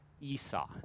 Esau